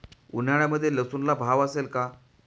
उन्हाळ्यामध्ये लसूणला भाव असेल का?